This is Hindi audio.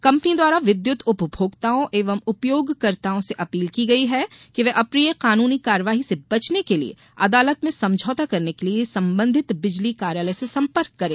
कंपनी द्वारा विद्युत उपभोक्ताओं एवं उपयोगकर्ताओं से अपील की गई है कि वे अप्रिय कानूनी कार्यवाही से बचने के लिए अदालत में समझौता करने के लिए संबंधित बिजली कार्यालय से संपर्क करें